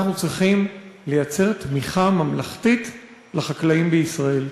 אנחנו צריכים לייצר תמיכה ממלכתית לחקלאים בישראל.